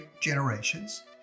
generations